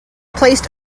placed